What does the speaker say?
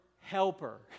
helper